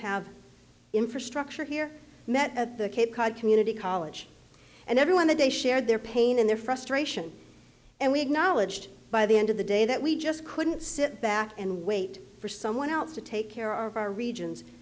have infrastructure here met at the cape cod community college and everyone today shared their pain and their frustration and we acknowledged by the end of the day that we just couldn't sit back and wait for someone else to take care of our region